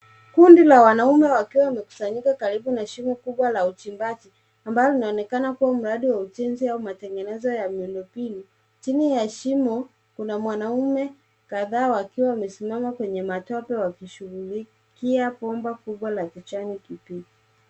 Kundi la wanaume wakiwa wamekusanyika karibu na shimo kubwa la uchimbaji ambao unaonekana kuwa mradi wa ujenzi au matengenezo ya miundombinu. Chini ya shimo kuna mwanaume kadhaa wakiwa wamesimama kwenye matope wakishughulikia bomba kubwa la kijani kibichi.